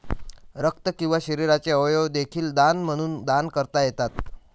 रक्त किंवा शरीराचे अवयव देखील दान म्हणून दान करता येतात